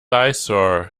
eyesore